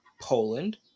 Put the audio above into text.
poland